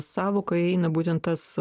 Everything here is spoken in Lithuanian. sąvoką įeina būtent tas